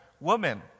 woman